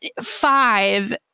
five